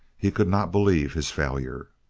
he could not believe his failure.